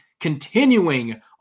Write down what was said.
continuing